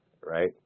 right